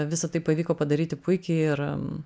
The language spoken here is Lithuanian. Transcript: visa tai pavyko padaryti puikiai ir